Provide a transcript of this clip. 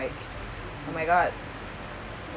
oh my god